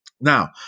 now